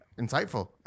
insightful